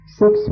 six